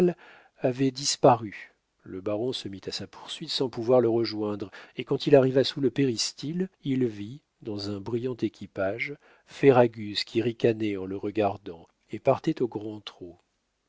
avait disparu le baron se mit à sa poursuite sans pouvoir le rejoindre et quand il arriva sous le péristyle il vit dans un brillant équipage ferragus qui ricanait en le regardant et partait au grand trot